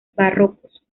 barrocos